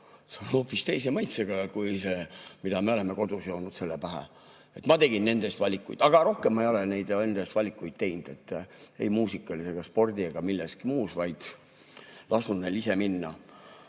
on hoopis teise maitsega kui see, mida me oleme kodus joonud selle pähe." Nii et ma tegin nende eest valikuid. Aga rohkem ma ei ole nende eest valikuid teinud, ei muusikas ega spordis ega milleski muus, vaid olen lasknud neil ise minna.